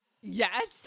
Yes